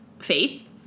Faith